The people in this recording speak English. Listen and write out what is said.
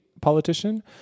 politician